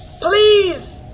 please